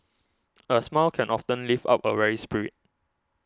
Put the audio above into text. a smile can often lift up a weary spirit